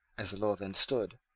as the law then stood,